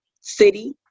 city